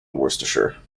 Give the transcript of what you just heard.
worcestershire